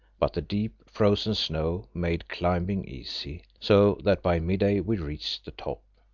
but the deep, frozen snow made climbing easy, so that by midday we reached the top.